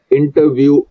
interview